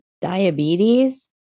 diabetes